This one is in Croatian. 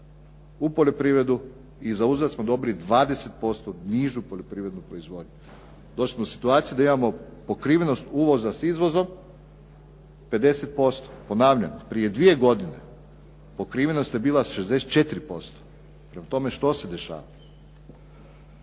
u poljoprivredu i za uzvrat smo dobili 20% nižu poljoprivrednu proizvodnju. Došli smo u situaciju da imamo pokrivenost uvoza izvozom 50%. Ponavljam, prije dvije godine pokrivenost je bila 64%. Prema tome, što se dešava?